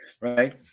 right